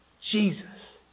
Jesus